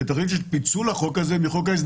זה נפוץ בכמה בנקים.